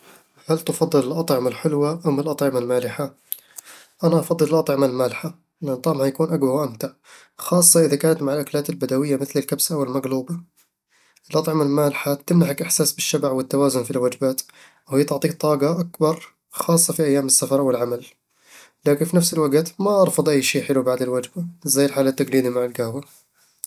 هل تفضل الأطعمة الحلوة أم الأطعمة المالحة؟ أنا أفضل الأطعمة المالحة، لأن طعمها يكون أقوى وأمتع، خاصة إذا كانت مع الأكلات البدوية مثل الكبسة أو المقلوبة الأطعمة المالحة تمنحك إحساس بالشبع والتوازن في الوجبات، وهي تعطيك طاقة أكبر خاصة في أيام السفر أو العمل لكن في نفس الوقت، ما أرفض أكل شيء حلو بعد الوجبة، زي الحلا التقليدي مع القهوة